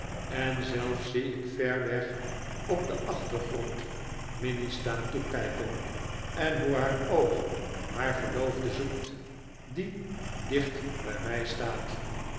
en zelfs zie ik ver weg op den achtergrond minnie staan toekijken en hoe haar oog haar verloofde zoekt die dicht bij mij staat